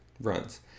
runs